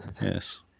Yes